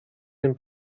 und